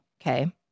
Okay